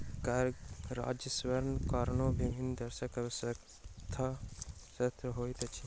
कर राजस्वक कारणेँ विभिन्न देशक अर्थव्यवस्था शशक्त होइत अछि